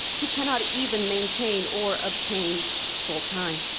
he cannot even maintain or obtain full time.